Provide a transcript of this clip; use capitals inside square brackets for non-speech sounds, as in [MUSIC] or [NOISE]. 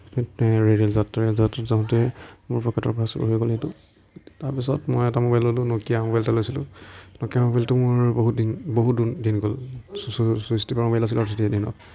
rail যাত্ৰাৰে [UNINTELLIGIBLE] যাওঁতে মোৰ পকেটৰ পৰা চুৰ হৈ গ'ল সেইটো তাৰ পিছত মই এটা মোবাইল ল'লোঁ ন'কিয়া মোবাইল এটা লৈছিলোঁ ন'কিয়া মোবাইলটো মোৰ বহু বহু দুন দিন গ'ল চু চুইচ টিপা মোবাইল আছিল আৰু তেতিয়াৰ দিনত